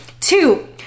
Two